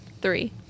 Three